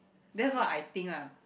that's what I think lah